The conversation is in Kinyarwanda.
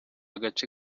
agace